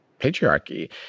patriarchy